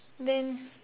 then